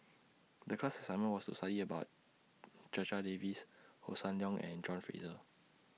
The class assignment was to study about Checha Davies Hossan Leong and John Fraser